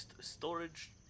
storage